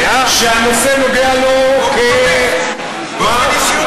בסדר, אני, שהנושא נוגע לו, והוא תומך.